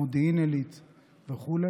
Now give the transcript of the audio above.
במודיעין עילית וכולי,